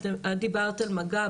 את דיברת על מג"ב,